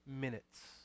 minutes